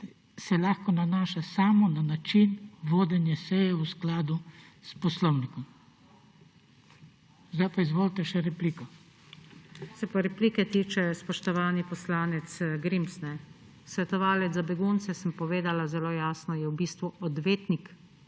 se lahko nanaša samo na način vodenja seje v skladu s poslovnikom. Zdaj pa izvolite še repliko. NATAŠA SUKIČ (PS Levica): Kar se pa replike tiče, spoštovani poslanec Grims. Svetovalec za begunce, sem povedala zelo jasno, je v bistvu odvetnik.